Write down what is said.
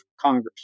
Congress